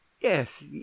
yes